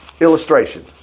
illustration